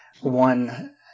one